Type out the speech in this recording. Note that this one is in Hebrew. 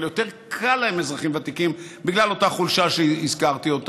אבל יותר קל להם עם אזרחים ותיקים,